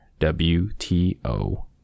WTO